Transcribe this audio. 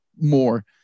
more